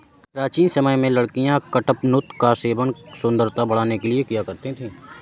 प्राचीन समय में लड़कियां कडपनुत का सेवन सुंदरता बढ़ाने के लिए करती थी